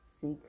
seek